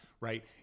right